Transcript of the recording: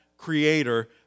creator